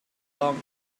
long